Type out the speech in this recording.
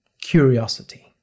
curiosity